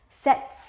set